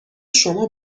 شما